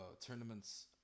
tournaments